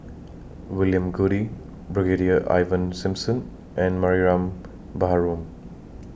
William Goode Brigadier Ivan Simson and Mariam Baharom